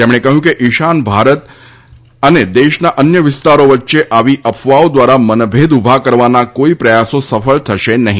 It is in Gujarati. તેમણે કહ્યું કે ઇશાન ભારત અને દેશના અન્ય વિસ્તારો વચ્ચે આવી અફવાઓ દ્વારા મનભેદ ઉભા કરવાના કોઇ પ્રયાસો સફળ થશે નહી